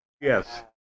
Yes